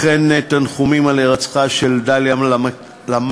וכן תנחומים על הירצחה של דליה למקוס,